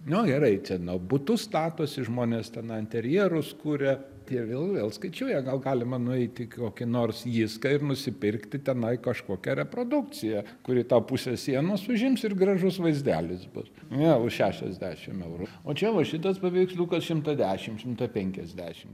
nu gerai čia nu butus statosi žmonės tenai interjerus kuria tie vėl vėl skaičiuoja gal galima nueit į kokį nors jiską ir nusipirkti tenai kažkokią reprodukciją kuri tą pusę sienos užims ir gražus vaizdelis bus jo už šešiasdešim eurų o čia va šitas paveiksliukas šimtą dešim šimtą penkiasdešim